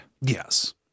Yes